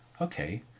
okay